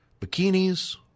bikinis